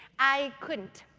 i couldn't.